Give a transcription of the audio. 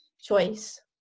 choice